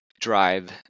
drive